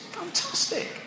fantastic